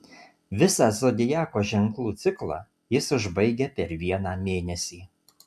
visą zodiako ženklų ciklą jis užbaigia per vieną mėnesį